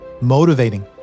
motivating